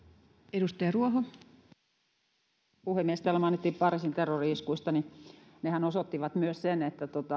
arvoisa puhemies kun täällä mainittiin pariisin terrori iskuista niin nehän osoittivat myös sen että